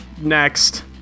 Next